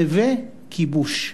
נווה-כיבוש.